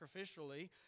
sacrificially